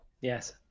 yes